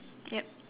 yup